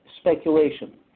speculation